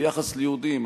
ביחס ליהודים,